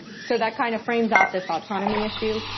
so that kind of frames out this autonomy issue.